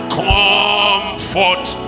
comfort